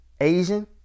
Asian